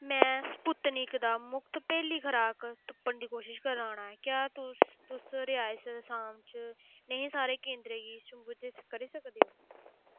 में स्पुत्निक दा मुख्त पैह्ली खराक तुप्पन दी कोशश करा ना ऐं क्या तुस तुस रियासत असाम च नेहे सारे केंदरें गी सूचीबद्ध करी सकदे ओ